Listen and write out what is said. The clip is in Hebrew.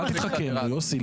אל תתחכם, יוסי.